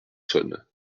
saône